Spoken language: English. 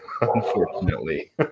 unfortunately